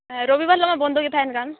ᱦᱮᱸ ᱨᱚᱵᱤᱵᱟᱨ ᱦᱤᱞᱳᱜ ᱢᱟ ᱵᱚᱱᱫᱚ ᱜᱮ ᱛᱟᱦᱮᱱ ᱠᱟᱱ